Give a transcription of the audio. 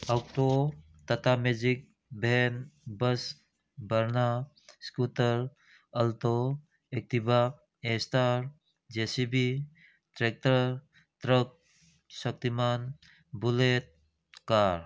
auto Tata Magic van bus ꯕꯔꯅꯥ scooter Alto Activa A Star J C B tractor truck Shaktiman Bullet car